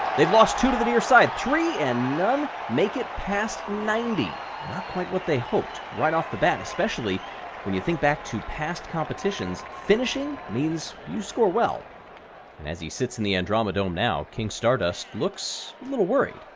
they've lost two to the nearside, three, and none make it past ninety. not quite what they hoped right off the bat, especially when you think back to past competitions finishing means you score well. and as he sits in the androme-dome now, king stardust looks a little worried.